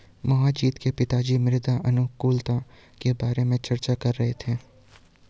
मोहजीत के पिताजी मृदा अनुकूलक के बारे में चर्चा कर रहे थे